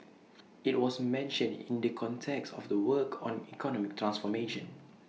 IT was mentioned in the context of the work on economic transformation